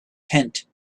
tent